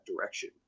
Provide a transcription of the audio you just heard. direction